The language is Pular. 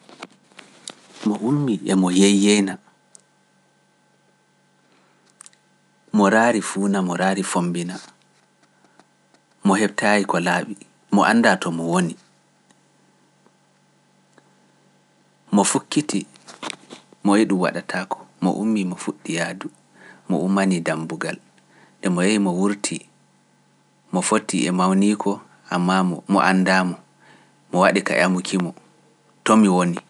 Mo ummii e mo yeeyeena, mo raari fuuna, mo raari fommbina, mo heɓtaayi ko laaɓi mo anndaa to mo woni, mo fukkitii mo yi'i ɗum waɗataako, mo ummii mo fuɗɗi yahdu, mi ummanii dammbugal, nde mo yahi mo wurtii, mo fottie mawniiko ammaa mo anndaa-mo, mo waɗi ka ƴamuki-mo. ''To mi woni''?